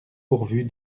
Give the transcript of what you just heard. pourvu